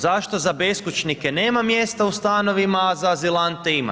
Zašto za beskućnike nema mjesta u stanovima a za azilante ima?